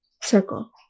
Circle